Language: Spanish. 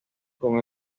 con